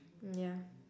ya